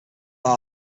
that